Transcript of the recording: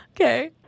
Okay